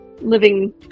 living